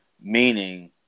meaning